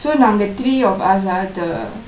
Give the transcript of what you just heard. so நாங்க:naangka three of us ah the